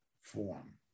form